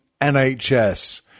NHS